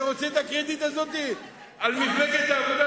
אתה רוצה את הקרדיט הזה על מפלגת העבודה,